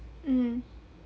mm